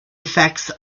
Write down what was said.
effects